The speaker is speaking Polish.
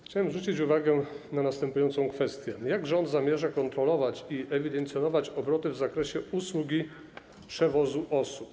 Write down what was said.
Chciałbym zwrócić uwagę na następującą kwestię: Jak rząd zamierza kontrolować i ewidencjonować obroty w zakresie usługi przewozu osób?